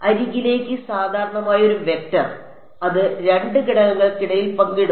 അരികിലേക്ക് സാധാരണമായ ഒരു വെക്റ്റർ അത് 2 ഘടകങ്ങൾക്കിടയിൽ പങ്കിടുന്നു